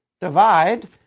divide